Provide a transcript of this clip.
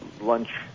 lunch